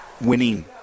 Winning